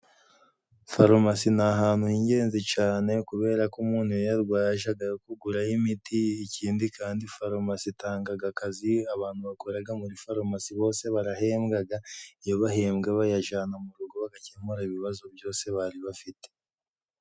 Farumasi ni ahantu h'ingenzi cane kubera ko umuntu yarwaye ajagayo kugurarayo imiti, ikindi kandi farumasi itangaga akazi, abantu bakoraga muri farumasi bose barahembwaga, iyo bahebwe bayajyana mu rugo bagakemura ibibazo byose bari bafite.